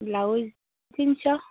blouse তিনিশ